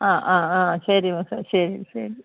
ആ അ അ ശരി മിസ്സെ ശരി ശരി